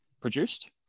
produced